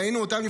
ראינו אותם,